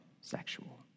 sexual